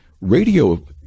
Radio